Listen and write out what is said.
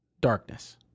darkness